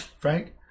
Frank